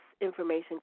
information